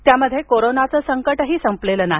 त्यात करोनाचं संकटही संपलेलं नाही